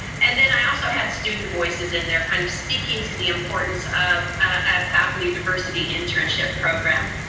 and then i also had student voices in there, kind of speaking to the importance of ah faculty diversity internship program.